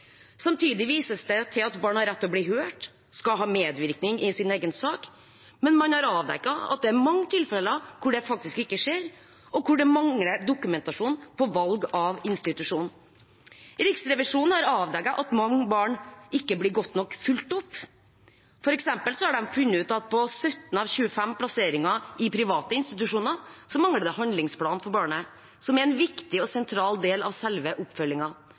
Samtidig vises det til at barn har rett til å bli hørt og skal ha medvirkning i sin egen sak, men man har avdekket at det er mange tilfeller hvor det faktisk ikke skjer, og hvor det mangler dokumentasjon på valg av institusjon. Riksrevisjonen har avdekket at mange barn ikke blir godt nok fulgt opp. For eksempel har de funnet ut at på 17 av 25 plasseringer i private institusjoner mangler det handlingsplan for barnet, noe som er en viktig og sentral del av selve